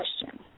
question